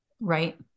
Right